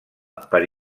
per